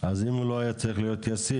אז אם הוא לא היה צריך להיות ישים,